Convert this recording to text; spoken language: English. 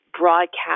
Broadcast